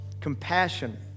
compassion